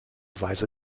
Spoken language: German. weise